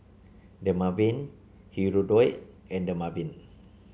Dermaveen Hirudoid and Dermaveen